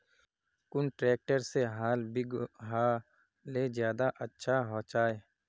कुन ट्रैक्टर से हाल बिगहा ले ज्यादा अच्छा होचए?